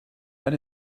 that